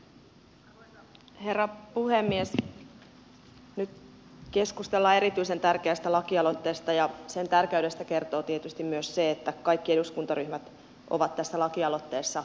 nyt keskustellaan erityisen tärkeästä lakialoitteesta ja sen tärkeydestä kertoo tietysti myös se että kaikki eduskuntaryhmät ovat tässä lakialoitteessa mukana